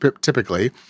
typically